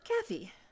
Kathy